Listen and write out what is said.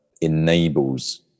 enables